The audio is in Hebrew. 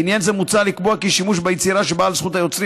בעניין זה מוצע לקבוע כי שימוש ביצירה שבעל זכות היוצרים